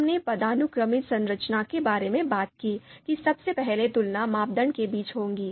हमने पदानुक्रमित संरचना के बारे में बात की कि सबसे पहले तुलना मापदंड के बीच होगी